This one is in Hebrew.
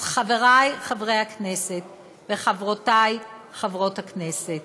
אז חברי חברי הכנסת וחברותי חברות הכנסת,